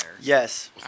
Yes